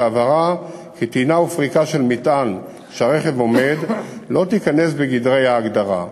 והבהרה כי טעינה ופריקה של מטען כשהרכב עומד תיכנס בגדרי ההגדרה,